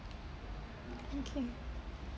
okay